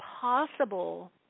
possible